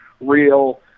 real